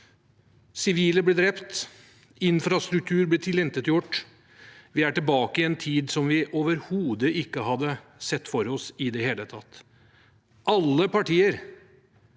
sivile blir drept, infrastruktur blir tilintetgjort. Vi er tilbake i en tid som vi overhodet ikke hadde sett for oss i det hele tatt. Alle partier